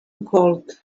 cold